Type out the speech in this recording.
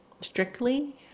strictly